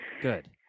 Good